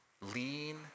Lean